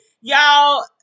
Y'all